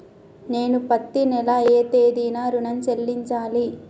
నేను పత్తి నెల ఏ తేదీనా ఋణం చెల్లించాలి?